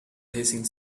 hissing